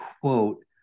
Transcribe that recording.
quote